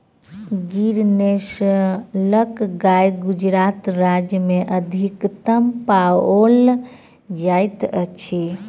गिर नस्लक गाय गुजरात राज्य में अधिकतम पाओल जाइत अछि